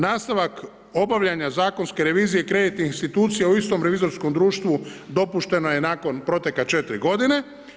Nastavak obavljanja zakonske revizije kreditnih institucija u istom revizorskom društvu dopušteno je nakon proteka četiri godine.